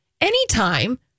anytime